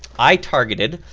i targeted